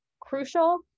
crucial